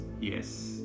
Yes